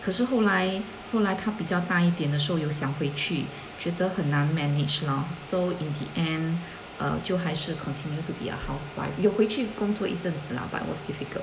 可是后来后来他比较大一点的时候有想回去觉得很难 manage lor so in the end uh 就还是 continue to be a housewife 有回去工作一阵子啦 but it was difficult